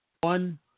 one